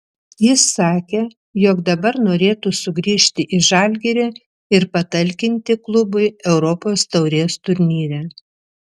jis sakė jog dabar norėtų sugrįžti į žalgirį ir patalkinti klubui europos taurės turnyre